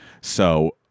So-